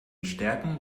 stärken